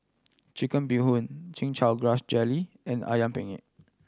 Chicken Bee Hoon Chin Chow Grass Jelly and Ayam Penyet